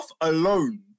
alone